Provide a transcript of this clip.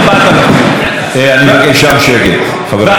ואחרי שראש הממשלה מודע לכל החשדות נגדו,